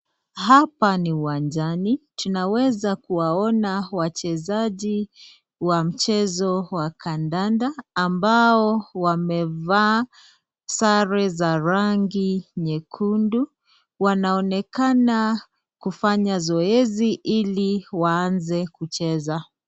Hapa ni uwanjani. Tunaweza kuwaona wachezaji wa mchezo wa kandanda, ambao wamevaa sare za rangi nyekundu. Wanaonekana kufanya zoezi ili waanze kucheza.